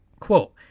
Quote